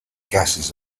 gases